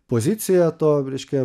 pozicija to reiškia